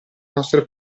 nostre